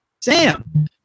Sam